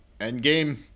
Endgame